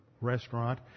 restaurant